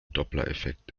dopplereffekt